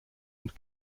und